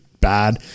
bad